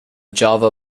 java